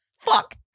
Fuck